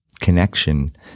connection